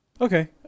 okay